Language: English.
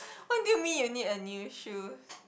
what do you mean you need a new shoes